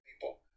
people